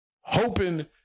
Hoping